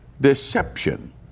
deception